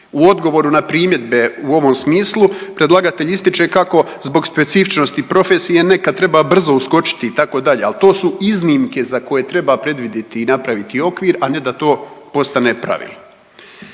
U odgovoru na primjedbe u ovom smislu predlagatelj ističe kako zbog specifičnosti profesije nekad treba brzo uskočiti itd., al to su iznimke za koje treba predvidjeti i napraviti okvir, a ne da to postane pravilo.